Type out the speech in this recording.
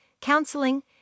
counseling